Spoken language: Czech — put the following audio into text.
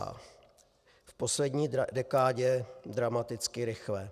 V poslední dekádě dramaticky rychle.